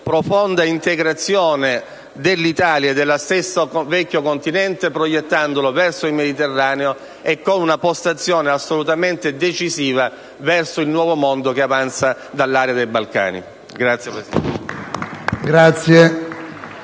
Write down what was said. profonda integrazione dell'Italia e dell'Europa proiettandole verso il Mediterraneo e con una postazione assolutamente decisiva verso il nuovo mondo che avanza dall'area dei Balcani. *(Applausi